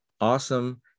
awesome